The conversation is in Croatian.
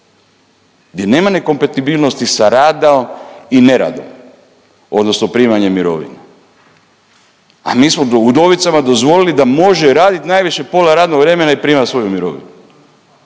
di nema ne kompatibilnosti sa radom i ne radom odnosno primanje mirovina, a mi smo udovicama dozvolili da može radit najviše pola radnog vremena i primat svoju mirovinu